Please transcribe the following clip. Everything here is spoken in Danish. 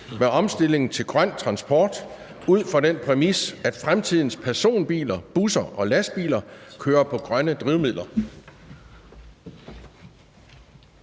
med omstillingen til grøn transport ud fra den præmis, at fremtidens personbiler, busser og lastbiler kører på grønne drivmidler?